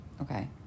Okay